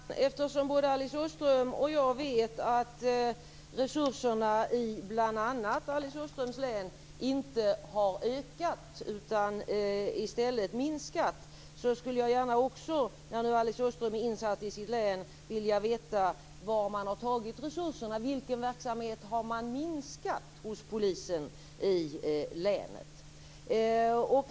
Herr talman! Eftersom både Alice Åström och jag vet att resurserna i bl.a. Alice Åströms län inte har ökat utan i stället minskat, skulle jag gärna vilja veta - eftersom Alice Åströms är insatt i situationen i sitt län - var man har tagit resurserna. Vilken verksamhet har man minskat hos polisen i länet?